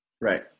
Right